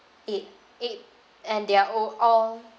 eight eight and they are old all